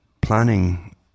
planning